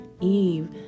Eve